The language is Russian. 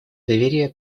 доверие